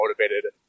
motivated